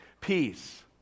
Peace